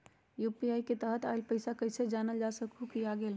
UPI के तहत आइल पैसा कईसे जानल जा सकहु की आ गेल?